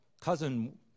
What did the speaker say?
cousin